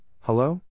hello